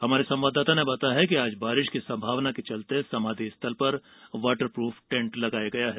हमारे संवाददाता ने बताया है कि आज बारिश की संभावना के चलते समाधि पर वाटरप्रूफ टेंट लगाया गया है